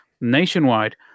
nationwide